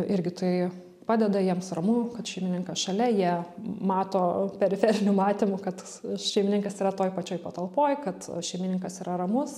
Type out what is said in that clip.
irgi tai padeda jiems ramu kad šeimininkas šalia jie mato periferiniu matymu kad šeimininkas yra toj pačioj patalpoj kad šeimininkas yra ramus